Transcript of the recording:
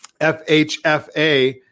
FHFA